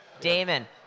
Damon